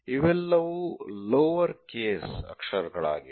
ಇವೆಲ್ಲವೂ lower case ಅಕ್ಷರಗಳಾಗಿವೆ